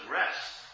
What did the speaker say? rest